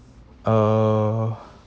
uh